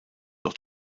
auch